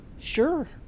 Sure